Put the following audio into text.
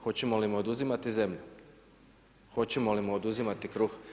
Hoćemo li mu oduzimati zemlju, hoćemo li mu oduzimati kruh?